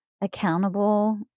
accountable